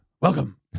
Welcome